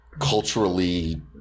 culturally